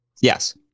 Yes